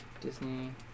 Disney